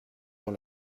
dans